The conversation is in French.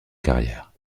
carrière